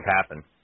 happen